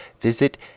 visit